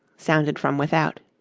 sounded from without.